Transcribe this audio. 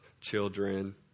children